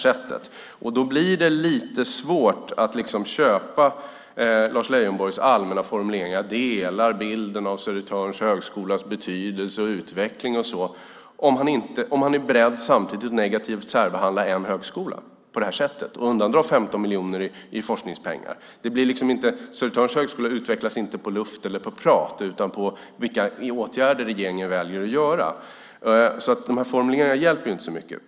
Det blir lite svårt att köpa Lars Leijonborgs allmänna formuleringar som att han delar bilden av Södertörns högskolas betydelse och utveckling om han samtidigt är beredd att särbehandla en högskola på det här sättet och undandra 15 miljoner i forskningspengar. Södertörns högskola utvecklas inte på luft eller prat utan på vilka åtgärder regeringen väljer att vidta, så de där formuleringarna hjälper inte så mycket.